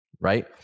right